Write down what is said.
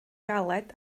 galed